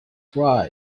dry